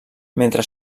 mentre